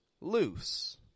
Loose